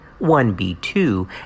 1B2